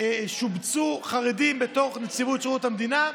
שובצו בפועל בתוך נציבות שירות המדינה?